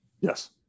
Yes